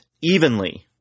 evenly